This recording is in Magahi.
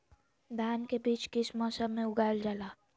धान के बीज किस मौसम में उगाईल जाला?